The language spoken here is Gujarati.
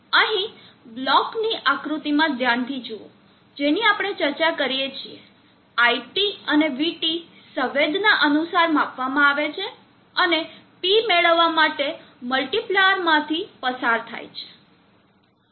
અહીં બ્લોકની આકૃતિમાં ધ્યાનથી જુઓ જેની આપણે ચર્ચા કરીએ છીએ iT અને vT સંવેદના અનુસાર માપવામાં આવે છે અને P મેળવવા માટે મલ્ટીપ્લાયર માંથી પસાર થાય છે